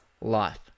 life